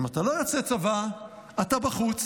אם אתה לא יוצא צבא, אתה בחוץ.